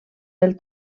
del